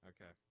Okay